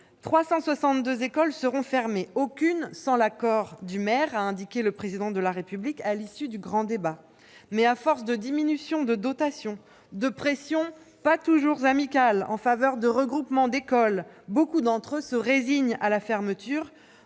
362 écoles qui vont être fermées. Aucune sans l'accord du maire, a indiqué le Président de la République à l'issue du grand débat ... Mais à force de diminutions de dotations, de pressions, pas toujours amicales, en faveur de regroupements d'écoles, de nombreux maires se résignent à la fermeture.